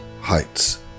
heights